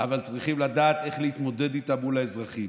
אבל צריכים לדעת איך להתמודד איתן מול האזרחים.